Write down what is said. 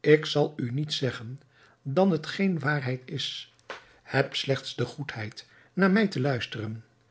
ik zal u niets zeggen dan hetgeen waarheid is heb slechts de goedheid naar mij te luisteren